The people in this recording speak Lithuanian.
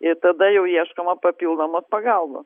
ir tada jau ieškoma papildomos pagalbos